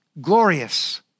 glorious